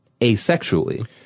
asexually